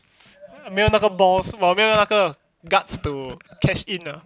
没有那个 balls 我没有那个 guts to cash in ah